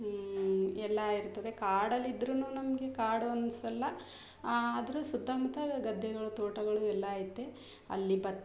ಈ ಎಲ್ಲ ಇರ್ತದೆ ಕಾಡಲ್ಲಿದ್ರೂ ನಮಗೆ ಕಾಡು ಅನಿಸಲ್ಲ ಅದರು ಸುತ್ತಮುತ್ತ ಗದ್ದೆಗಳು ತೋಟಗಳು ಎಲ್ಲ ಐತೆ ಅಲ್ಲಿ ಭತ್ತ